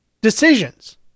decisions